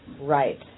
Right